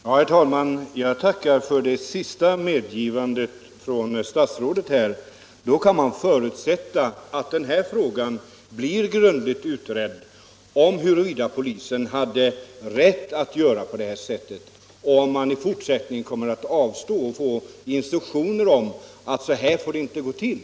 Herr talman! Jag tackar för det senaste medgivandet från statsrådet. Nu kan man förutsätta att det blir en grundlig utredning om huruvida polisen hade rätt att göra på det här sättet och att den i fortsättningen kommer att avstå från sådant och få instruktioner om att så här får det inte gå till.